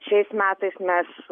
šiais metais mes